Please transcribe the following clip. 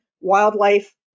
wildlife